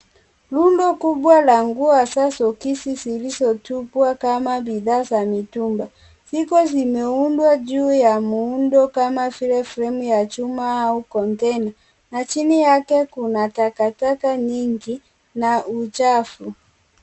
Rundo kubwa la nguo hasaa soksi zilizotupwa kama bidhaa za mitumba, ziko zimeundwa juu ya muundo kama vile frame ya chuma au container na chini yake kuna takataka nyingi na uchafu.